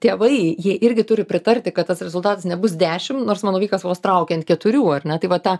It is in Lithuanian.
tėvai jie irgi turi pritarti kad tas rezultatas nebus dešim nors mano vaikas vos traukia ant keturių ar ne tai va tą